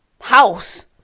house